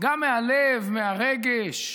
גם מהלב, מהרגש,